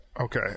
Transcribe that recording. Okay